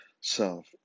self